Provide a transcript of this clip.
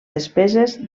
despeses